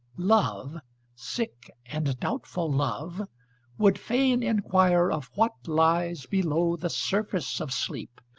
love sick and doubtful love would fain inquire of what lies below the surface of sleep,